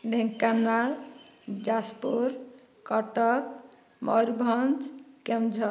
Dhenkanal Jajpur Cuttack Mayurbhanj Keonjhar